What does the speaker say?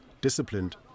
disciplined